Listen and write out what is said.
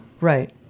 Right